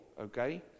okay